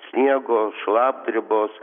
sniego šlapdribos